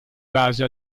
base